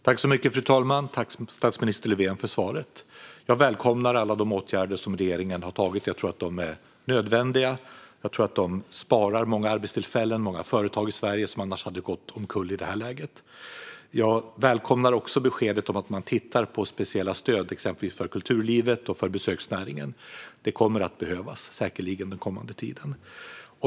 Fru talman! Jag tackar statsminister Löfven för svaret. Jag välkomnar alla de åtgärder som regeringen har vidtagit. Jag tror att de är nödvändiga, och jag tror att de sparar många arbetstillfällen och många företag i Sverige som annars hade gått omkull i det här läget. Jag välkomnar också beskedet att man tittar på olika former av stöd, till exempel för kulturlivet och för besöksnäringen. De kommer säkerligen att behövas den kommande tiden.